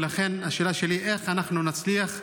לכן, השאלה שלי היא איך אנחנו נצליח ביחד,